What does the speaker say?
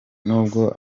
nubwo